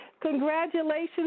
Congratulations